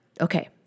okay